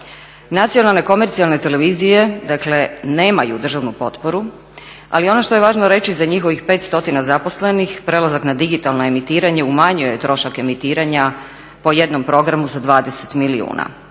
Nacionalne komercijalne televizije, dakle nemaju državnu potporu, ali ono što je važno reći za njihovih 500 zaposlenih prelazak na digitalno emitiranje umanjuje trošak emitiranja po jednom programu za 20 milijuna.